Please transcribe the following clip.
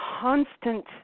constant